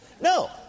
No